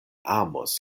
amos